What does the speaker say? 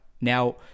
now